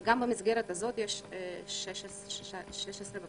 וגם במסגרת הזאת יש 16 מקומות.